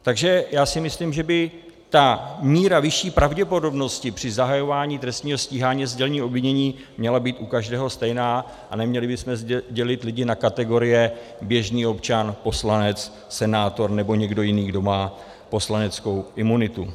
Takže já si myslím, že by ta míra vyšší pravděpodobnosti při zahajování trestního stíhání a sdělení obvinění měla být u každého stejná a neměli bychom zde dělit lidi na kategorie běžný občan, poslanec, senátor nebo někdo jiný, kdo má poslaneckou imunitu.